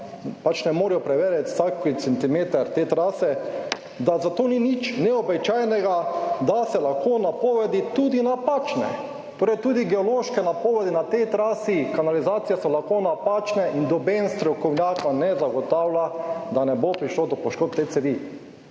pač ne morejo preverjati vsak centimeter te trase, da za to ni nič neobičajnega, da so lahko napovedi tudi napačne, torej tudi geološke napovedi na tej trasi kanalizacije so lahko napačne in noben strokovnjak ne zagotavlja, da ne bo prišlo do poškodb te cevi,